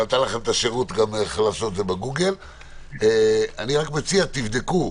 אני מציע, שתבדקו,